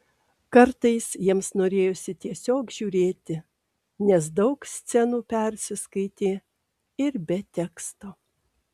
kartais jiems norėjosi tiesiog žiūrėti nes daug scenų persiskaitė ir be teksto